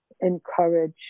Encourage